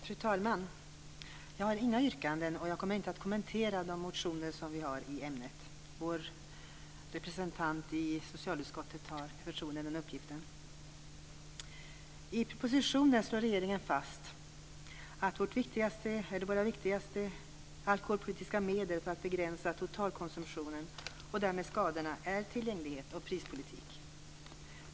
Fru talman! Jag har inga yrkanden, och jag kommer inte att kommentera våra motioner i ämnet. Vår representant i socialutskottet har med förtroende den uppgiften. I propositionen slår regeringen fast att våra viktigaste alkoholpolitiska medel för att begränsa totalkonsumtionen, och därmed skadorna, är tillgänglighet och prispolitik.